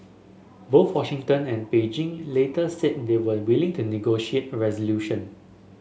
both Washington and Beijing later said they were willing to negotiate a resolution